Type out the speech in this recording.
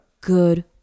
good